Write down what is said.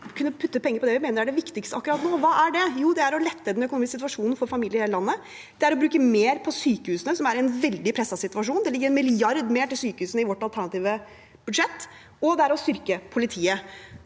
å kunne putte penger på det vi mener er det viktigste akkurat nå. Og hva er det? Jo, det er å lette den økonomiske situasjonen for familier i hele landet. Det er å bruke mer på sykehusene, som er i en veldig presset situasjon. Det ligger 1 mrd. kr mer til sykehusene i vårt alternative budsjett, og det er å styrke politiet.